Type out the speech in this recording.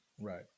Right